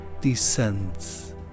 descends